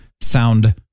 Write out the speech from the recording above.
sound